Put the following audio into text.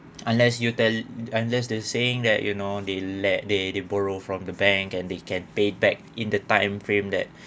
unless you tell unless there is saying that you know they let they they borrow from the bank and they can pay back in the timeframe that